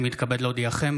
אני מתכבד להודיעכם,